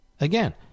again